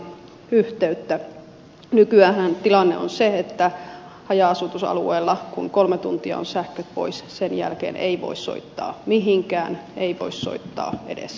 nykyäänhän tilanne on se että haja asutusalueella kun kolme tuntia on sähköt pois sen jälkeen ei voi soittaa mihinkään ei voi soittaa edes sinne hätäkeskukseen